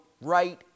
right